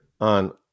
on